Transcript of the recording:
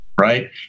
right